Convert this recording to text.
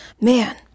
man